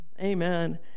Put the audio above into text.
Amen